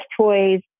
toys